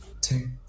Two